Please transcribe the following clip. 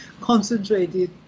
concentrated